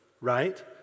right